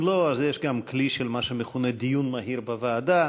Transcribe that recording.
אם לא, אז יש גם כלי שמכונה דיון מהיר בוועדה.